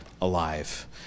alive